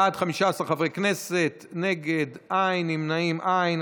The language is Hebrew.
בעד, 15 חברי כנסת, נגד, אין, נמנעים, אין.